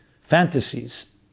fantasies